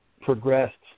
progressed